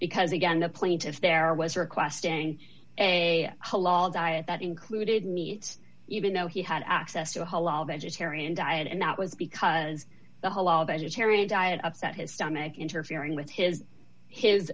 because again the plaintiff there was requesting a diet that included meat even though he had access to a whole all vegetarian diet and that was because the whole all the terri diet upset his stomach interfering with his his